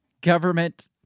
government